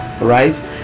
right